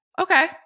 Okay